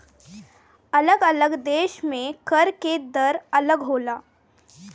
अलग अलग देश में कर के दर अलग होला